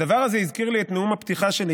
הדבר הזה הזכיר לי את נאום הפתיחה שלי,